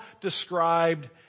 described